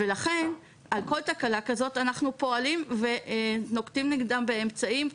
לכן על כל תקלה כזאת אנחנו פועלים ונוקטים נגדם באמצעים,